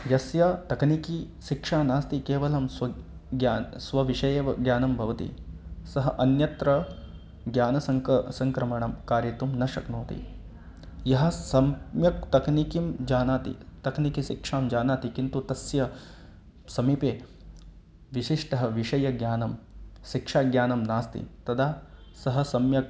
यस्य तकनिकी शिक्षा नास्ति केवलं स्वज्ञानं स्वविषयेव ज्ञानं भवति सः अन्यत्र ज्ञानसङ्क सङ्क्रमणं कारयितुं न शक्नोति यः सम्यक् तकनिकिं जानाति तकनिकिशिक्षां जानाति किन्तु तस्य समीपे विशिष्टः विषयज्ञानं शिक्षाज्ञानं नास्ति तदा सः सम्यक्